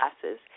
classes